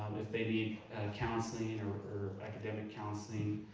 if they need counseling and or or academic counseling.